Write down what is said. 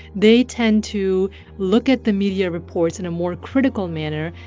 they tend to look at the media reports in a more critical manner.